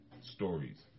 stories